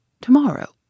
Tomorrow